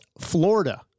Florida